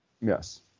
Yes